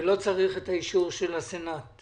ולא צריך את האישור של הסנט.